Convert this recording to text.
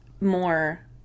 more